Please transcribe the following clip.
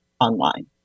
online